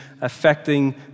affecting